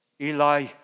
Eli